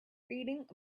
reading